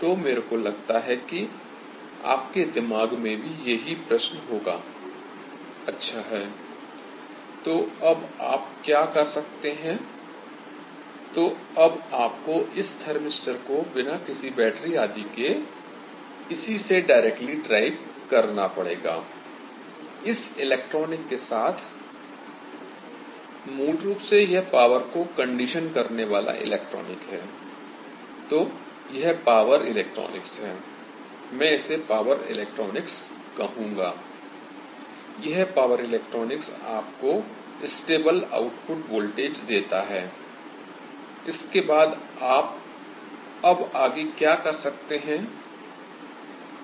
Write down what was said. तो मेरे को लगता है कि आपके दिमाग में भी यही प्रश्न होगा I अच्छा है तो अब आप क्या कर सकते हैं तो अब आपको इस थर्मिस्टर को बिना किसी बैटरी आदि के इसी से डायरेक्टली ड्राइव करना पड़ेगा I इस इलेक्ट्रॉनिक्स के साथ मूल रूप से यह पॉवर को कंडीशन करने वाला इलेक्ट्रॉनिक है I तो यह पॉवर इलेक्ट्रॉनिक्स है मैं इसे पॉवर इलेक्ट्रॉनिक्स कहूँगा I यह पॉवर इलेक्ट्रॉनिक्स आपको स्टेबल आउटपुट वोल्टेज देता है I इसके बाद आप अब आगे क्या कर सकते हैं